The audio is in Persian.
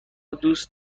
دوست